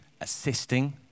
assisting